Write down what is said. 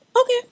Okay